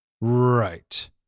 Right